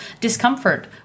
discomfort